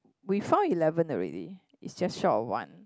we found eleven already it's just short of one